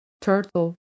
turtle